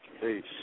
Peace